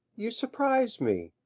you surprise me!